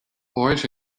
boys